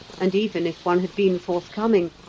and even if one had been forthcoming,